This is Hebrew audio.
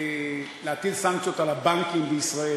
להטיל סנקציות על הבנקים בישראל.